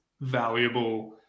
valuable